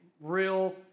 real